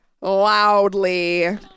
Loudly